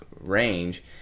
range